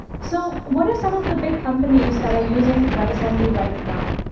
so what are some of the big companies that are using webassembly right now?